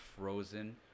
frozen